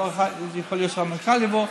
יכול להיות שהמנכ"ל יבוא,